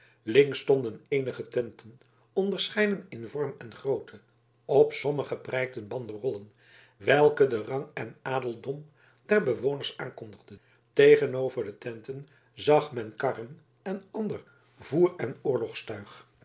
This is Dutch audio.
links stonden eenige tenten onderscheiden in vorm en grootte op sommige prijkten banderollen welke den rang en adeldom der bewoners aankondigden tegenover de tenten zag men karren en ander voer en